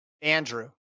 Andrew